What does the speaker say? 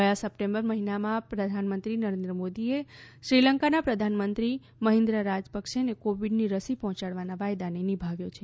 ગયા વર્ષે સપ્ટેમ્બર મહિનામાં પ્રધાનમંત્રી નરેન્દ્ર મોદીએ શ્રીલંકાના પ્રધાનમંત્રી મહિન્દા રાજપક્ષેને કોવિડની રસી પર્જોચાડવાના વાયદાને નિભાવ્યો છે